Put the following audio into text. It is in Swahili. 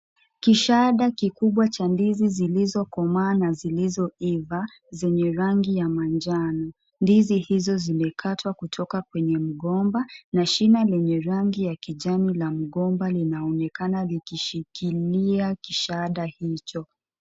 Kishaga kikubwa cha ndizi zilizokomaa na zilizoiva zenye rangi ya manjano, ndizi hizo zimekatwa kutoka kwenye mgomba na shina lenye rangi ya kijani la mgomba linaonekana likishikinia kishada hicho.